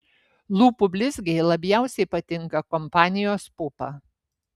lūpų blizgiai labiausiai patinka kompanijos pupa